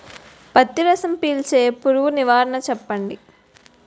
పత్తి రసం పీల్చే పురుగు నివారణ చెప్పండి?